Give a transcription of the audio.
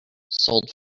sold